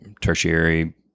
tertiary